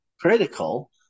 critical